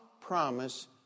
promise